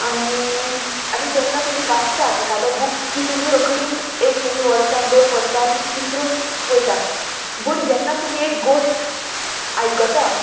आनी आनी जेन्ना तुमी वाचता एकादो बूक की तुमी रोकडीत एक मे बी वर्सान दोन वर्सान विसरून वयता पूण जेन्ना तुमी एक गोश्ट आयकता